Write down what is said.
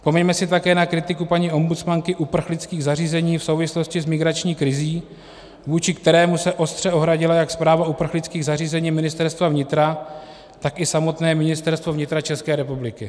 Vzpomeňme si také na kritiku paní ombudsmanky uprchlických zařízení v souvislosti s migrační krizí, vůči které se ostře ohradila jak Správa uprchlických zařízení Ministerstva vnitra, tak i samotné Ministerstvo vnitra České republiky.